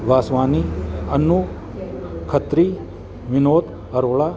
Vaswani Annu Khatri Vinod Arora